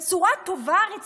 בצורה טובה, רצינית?